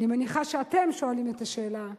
אני מניחה שאתם שואלים את השאלה,